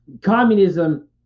communism